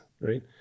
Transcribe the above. right